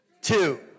two